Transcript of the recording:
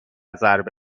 ضرب